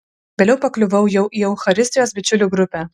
vėliau pakliuvau jau į eucharistijos bičiulių grupę